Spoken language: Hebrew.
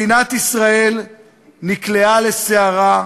מדינת ישראל נקלעה לסערה,